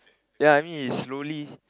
ya I mean he slowly